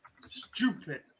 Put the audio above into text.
Stupid